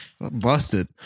busted